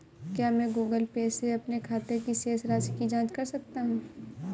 क्या मैं Google Pay से अपने खाते की शेष राशि की जाँच कर सकता हूँ?